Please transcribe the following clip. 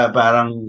parang